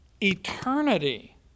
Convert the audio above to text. eternity